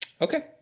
Okay